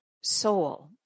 soul